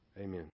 Amen